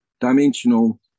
dimensional